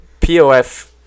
POF